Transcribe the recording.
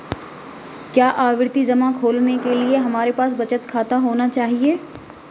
क्या आवर्ती जमा खोलने के लिए हमारे पास बचत खाता होना चाहिए?